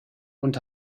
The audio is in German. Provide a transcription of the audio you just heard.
und